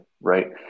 right